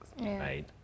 right